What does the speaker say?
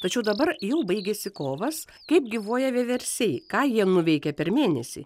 tačiau dabar jau baigiasi kovas kaip gyvuoja vieversiai ką jie nuveikė per mėnesį